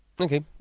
Okay